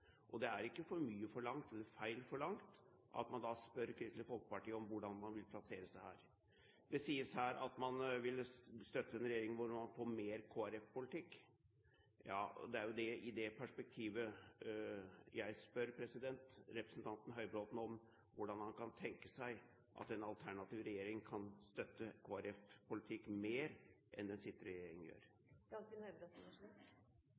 Og det er ikke for mye forlangt, eller feil forlangt, at man da spør Kristelig Folkeparti om hvordan de vil plassere seg her. Det sies her at man vil støtte en regjering der man får mer Kristelig Folkeparti-politikk. Det er ut fra det perspektivet jeg spør representanten Høybråten om hvordan han tenker seg at en alternativ regjering kan støtte Kristelig Folkeparti-politikk mer enn det den sittende regjering gjør.